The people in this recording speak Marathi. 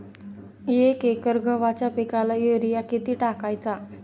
एक एकर गव्हाच्या पिकाला युरिया किती टाकायचा?